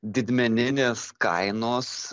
didmeninės kainos